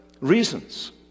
reasons